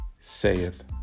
saith